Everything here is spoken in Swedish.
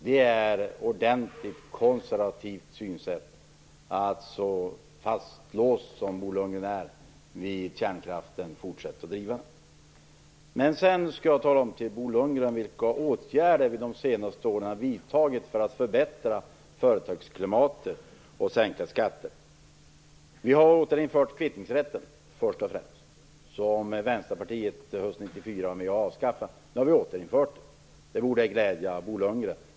Det är ett ordentligt konservativt synsätt att vara så fastlåst vid att kärnkraften skall fortsätta att drivas som Bo Lundgren är. Sedan vill jag tala om för Bo Lundgren vilka åtgärder vi har vidtagit de senaste åren för att förbättra företagsklimatet och sänka skatter. Först och främst har vi återinfört kvittningsrätten som Vänsterpartiet var med och avskaffade hösten 1994. Nu har vi återinfört den. Det borde glädja Bo Lundgren.